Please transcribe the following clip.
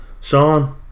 Sean